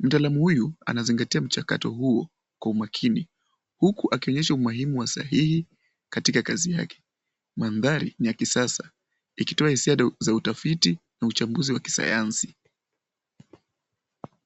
Mtaalamu huyo anazingatia mchakato huo kwa umakini, huku akionyesha umuhimu wa sahihi, katika kazi yake. Mandhari ni ya kisasa, ikitoa hisia za utafiti na uchambuzi wa kisayansi.